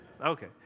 Okay